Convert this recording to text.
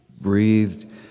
breathed